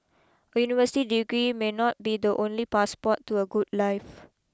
a university degree may not be the only passport to a good life